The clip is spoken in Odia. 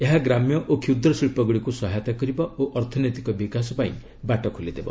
ଏହା ଗ୍ରାମ୍ୟ ଓ କ୍ଷୁଦ୍ର ଶିଳ୍ପଗୁଡ଼ିକୁ ସହାୟତା କରିବ ଓ ଅର୍ଥନୈତିକ ବିକାଶ ପାଇଁ ବାଟ ଖୋଲିଦେବ